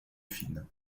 fine